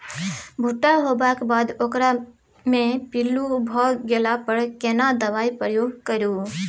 भूट्टा होबाक बाद ओकरा मे पील्लू भ गेला पर केना दबाई प्रयोग करू?